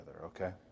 okay